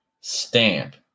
stamp